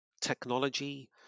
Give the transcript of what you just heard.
technology